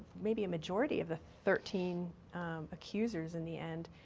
maybe a majority of the thirteen accusers, in the end,